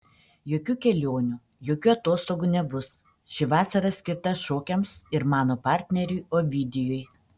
jokių kelionių jokių atostogų nebus ši vasara skirta šokiams ir mano partneriui ovidijui